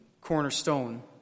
cornerstone